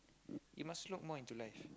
you must look more into life